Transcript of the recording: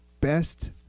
best